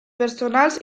personals